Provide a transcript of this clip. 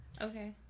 Okay